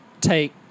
take